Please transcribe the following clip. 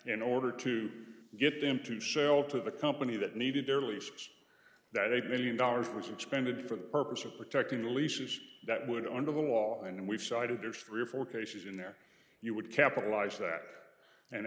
in order to get them to sell to the company that needed their lease that eight million dollars was expended for the purpose of protecting the leases that would go under the wall and we've cited there's three or four cases in there you would capitalize that and